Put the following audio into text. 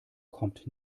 kommt